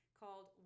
called